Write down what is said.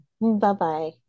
Bye-bye